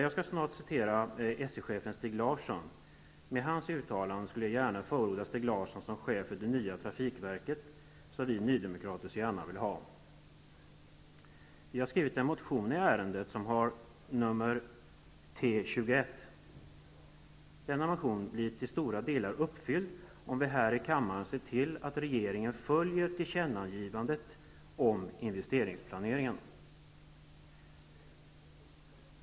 Jag skall snart citera SJ-chefen Stig Larsson. I och med hans uttalande skulle jag villigt förorda Stig Larsson som chef för det nya trafikverk, som vi nydemokrater så gärna vill ha. Vi har väckt en motion i ärendet, som har nummer T21. Kraven i denna motion blir till stora delar tillgodosedda, om vi här i kammaren ser till att regeringen följer tillkännagivandet om investeringsplaneringen.